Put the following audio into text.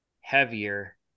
heavier